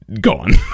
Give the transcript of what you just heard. gone